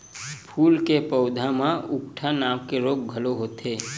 फूल के पउधा म उकठा नांव के रोग घलो होथे